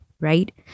right